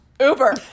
Uber